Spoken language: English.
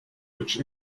which